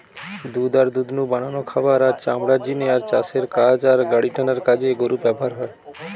দুধ আর দুধ নু বানানো খাবার, আর চামড়ার জিনে আর চাষের কাজ আর গাড়িটানার কাজে গরু ব্যাভার হয়